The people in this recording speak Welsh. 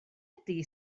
ydy